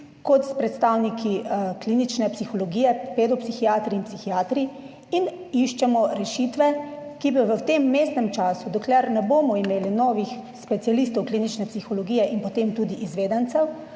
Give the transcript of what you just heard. kot s predstavniki klinične psihologije, pedopsihiatri in psihiatri in iščemo rešitve, ki bi v tem vmesnem času, dokler ne bomo imeli novih specialistov klinične psihologije in potem tudi izvedencev